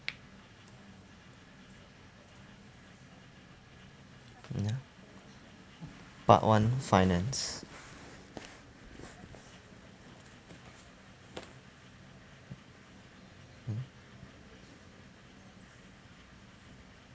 ya part one finance mm